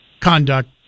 conduct